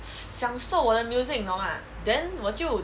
享受我的 music 你懂 mah then 我就